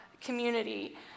community